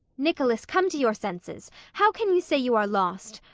nicholas, come to your senses. how can you say you are lost?